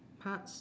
parts